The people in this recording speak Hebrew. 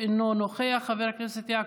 חבר הכנסת מאיר פרוש,